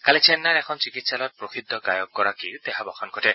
কালি চেন্নাইৰ এখন চিকিংসালয়ত প্ৰসিদ্ধ গায়কগৰাকীৰ দেহাৱসান ঘটে